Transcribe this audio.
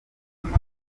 amazu